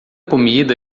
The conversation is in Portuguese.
comida